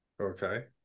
okay